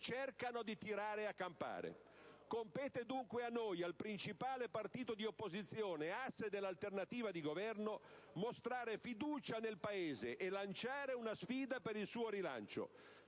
cercano di tirare a campare. Compete dunque a noi, al principale partito di opposizione, asse dell'alternativa di governo, mostrare fiducia nel Paese e lanciare una sfida per il suo rilancio: